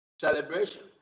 celebration